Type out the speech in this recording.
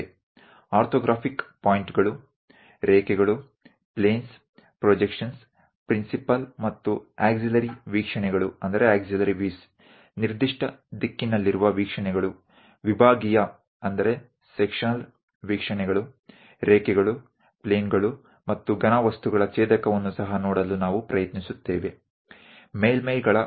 આપણે orthographic points બિંદુ ઓ points રેખાઓ લાઇન lines પ્લેન પ્રોજેકશન પ્રક્ષેપણ projections પ્રિન્સિપાલ અને સહાયક વ્યુ આપેલ દિશામાં ના view sectional view line plane અને સોલિડ્સ ના આંતરછેદ પણ શીખીશું